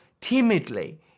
timidly